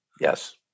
Yes